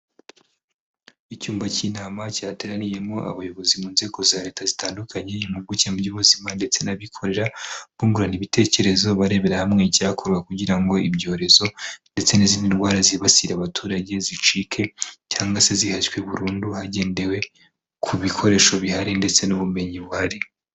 Icyumba cy'inama cyateraniyemo abayobozi mu nzego za leta zitandukanye, impuguke mu by'ubuzima ndetse n'abikorera bungurana ibitekerezo, barebera hamwe icyakorwa kugira ngo ibyorezo ndetse n'izindi ndwara zibasira abaturage zicike cyangwa se zihashywe burundu hagendewe ku bikoresho bihari, ndetse n'ubumenyi buhari.